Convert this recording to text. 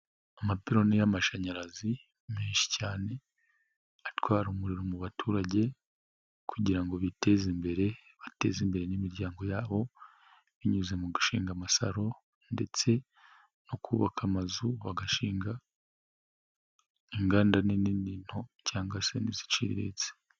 Amapironi y'amashanyarazi menshi cyane, atwara umuriro mu baturage kugira ngo biteze imbere bateze imbere n'imiryango yabo, binyuze mu gushinga amasaro ndetse no kubaka amazu bagashinga inganda nini n'into cyangwa se n'iziciriritse.